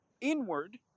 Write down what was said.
inward